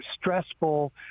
stressful